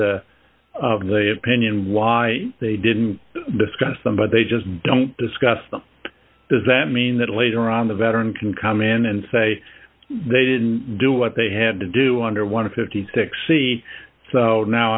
the of the opinion why they didn't discuss them but they just don't discuss them does that mean that later on the veteran can come in and say they didn't do what they had to do under one of fifty six c now